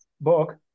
book